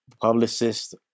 publicist